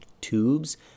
Tubes